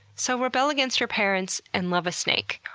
so rebel against your parents and love a snake.